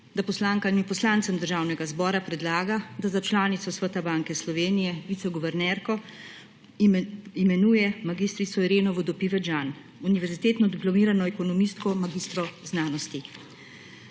da poslankam in poslancem Državnega zbora predlaga, da za članico Sveta Banke Slovenije viceguvernerko imenuje mag. Ireno Vodopivec Jean, univerzitetno diplomirano ekonomistko, magistrico znanosti.